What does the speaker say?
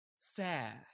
fair